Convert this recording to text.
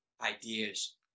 ideas